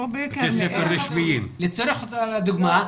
לצורך הדוגמא,